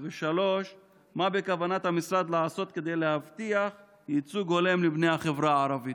3. מה בכוונת המשרד לעשות כדי להבטיח ייצוג הולם לבני החברה הערבית?